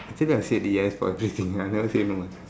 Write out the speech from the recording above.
since I said yes for this thing I never say no eh